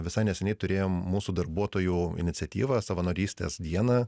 visai neseniai turėjom mūsų darbuotojų iniciatyvą savanorystės dieną